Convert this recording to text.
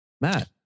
Matt